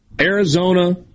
Arizona